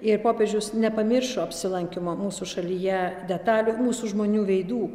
ir popiežius nepamiršo apsilankymo mūsų šalyje detalių mūsų žmonių veidų